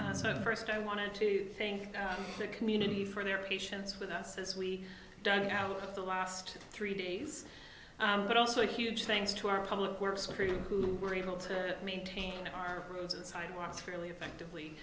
so first i wanted to thank the community for their patience with us as we don't out of the last three days but also huge thanks to our public works crew who were able to maintain our roads and sidewalks fairly effectively